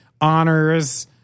honors